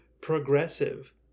progressive